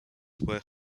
were